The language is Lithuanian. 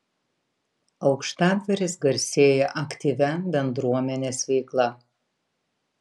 aukštadvaris garsėja aktyvia bendruomenės veikla